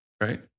right